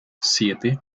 siete